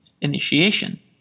initiation